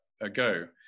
ago